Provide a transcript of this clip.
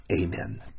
Amen